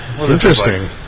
interesting